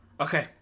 Okay